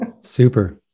Super